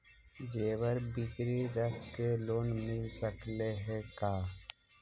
जेबर गिरबी रख के लोन मिल सकले हे का?